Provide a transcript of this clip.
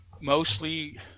Mostly